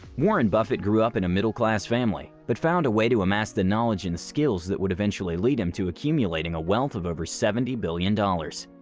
warren buffett grew up in a middle class family but found a way to amass the knowledge and skills that would eventually lead him to accumulating a wealth of over seventy billion dollars.